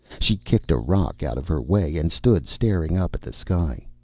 she kicked a rock out of her way and stood staring up at the sky.